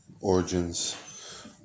Origins